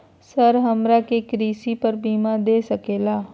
Sir हमरा के कृषि पर बीमा दे सके ला?